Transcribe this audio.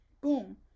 Boom